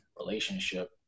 relationship